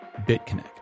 BitConnect